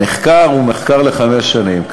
המחקר הוא מחקר לחמש שנים.